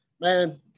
Man